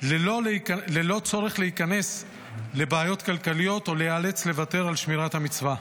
ללא צורך להיכנס לבעיות כלכליות או להיאלץ לוותר על שמירת המצווה.